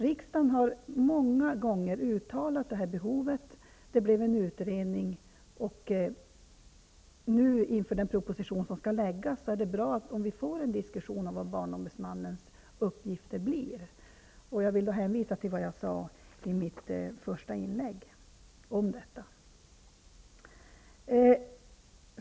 Riksdagen har många gånger uttalat att det här behovet finns. Det blev en utredning, och inför den proposition som skall läggas fram är det alltså bra om vi nu får en diskussion om vad barnombudsmannens uppgifter blir. Jag vill hänvisa till vad jag sade om detta i mitt första inlägg.